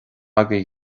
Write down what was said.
agaibh